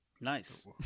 nice